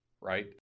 right